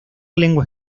lengua